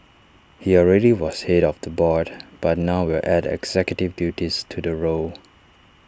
he already was Head of the board but now will add executive duties to the role